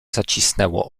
zacisnęło